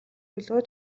төлөө